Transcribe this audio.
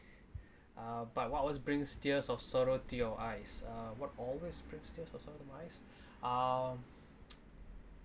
uh but what always brings tears of sorrow to your eyes uh what always brings tears of sorrow to my eyes ah